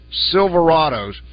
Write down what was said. Silverados